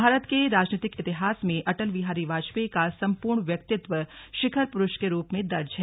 भारत के राजनीतिक इतिहास में अटल बिहारी वाजपेयी का संपूर्ण व्यक्तित्व शिखर पुरुष के रूप में दर्ज है